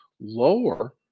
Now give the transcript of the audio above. lower